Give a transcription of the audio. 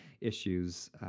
issues